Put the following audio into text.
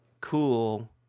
cool